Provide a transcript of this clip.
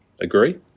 Agree